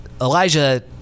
Elijah